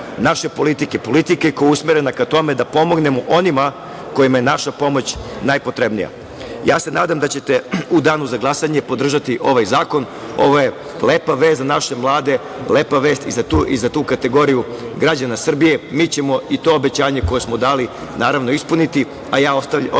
naše politike, politike koja je usmerena ka tome da pomognemo onima kojima je naša pomoć najpotrebnija. Nadam se da ćete u danu za glasanje podržati ovaj zakon. Ovo je lepa vest za naše mlade, lepa vest i za tu kategoriju građana Srbije. Mi ćemo i to obećanje koje smo dali, naravno, ispuniti. Ostajem